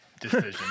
decision